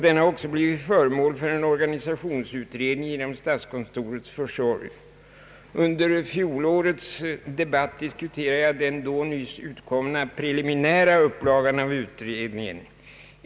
Den har också blivit föremål för en organisationsutredning genom =<statskontorets försorg. Under fjolårets debatt diskuterade jag den då nyss utkomna preliminära upplagan av utredningens betänkande.